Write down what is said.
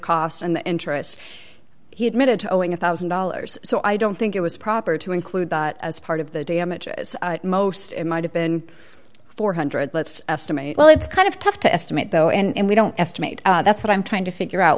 cost and the interest he admitted to owing a one thousand dollars so i don't think it was proper to include as part of the damages most might have been four hundred dollars let's estimate well it's kind of tough to estimate though and we don't estimate that's what i'm trying to figure out